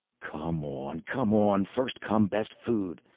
come on, come on, first come best food.